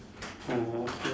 oh okay